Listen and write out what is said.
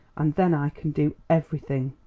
and then i can do everything.